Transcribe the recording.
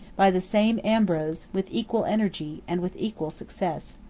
by the same ambrose, with equal energy, and with equal success.